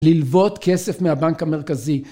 ללוות כסף מהבנק המרכזי.